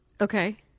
Okay